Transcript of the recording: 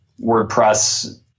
WordPress